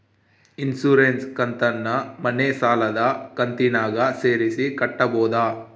Insurance ಕಂತನ್ನ ಮನೆ ಸಾಲದ ಕಂತಿನಾಗ ಸೇರಿಸಿ ಕಟ್ಟಬೋದ?